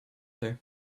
there